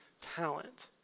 talent